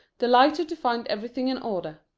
delighted to find everything in order.